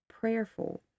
prayerful